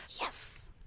Yes